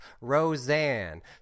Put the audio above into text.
Roseanne